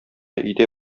өйдә